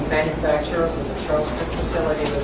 manufacturer with the charleston facility